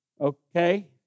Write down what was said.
Okay